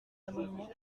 amendements